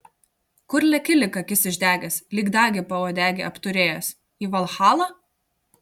kur leki lyg akis išdegęs lyg dagį pauodegy apturėjęs į valhalą